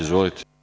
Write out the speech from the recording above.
Izvolite.